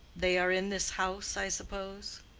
they are in this house, i suppose?